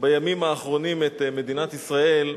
בימים האחרונים את מדינת ישראל,